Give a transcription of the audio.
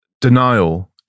denial